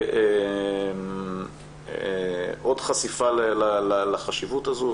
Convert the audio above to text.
עוד חשיפה לחשיבות הזו.